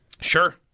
Sure